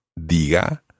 Diga